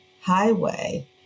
Highway